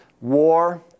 war